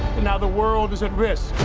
and now the world is at risk.